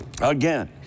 Again